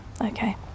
okay